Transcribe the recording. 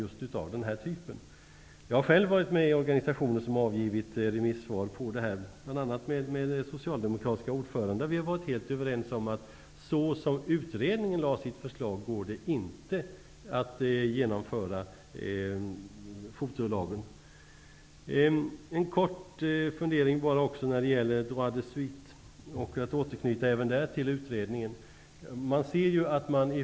Jag har själv varit med i en organisation som har avgivit ett remissvar. Organisationen har en socialdemokratisk ordförande. Vi har varit helt överens om att det inte går att genomföra förslaget om fotolagen så som det ser ut i utredningen. Jag har en liten fundering också när det gäller droit de suite. Jag återknyter även där till utredningen.